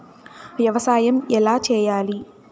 వ్యవసాయం ఎలా చేయాలి?